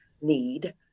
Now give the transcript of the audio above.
need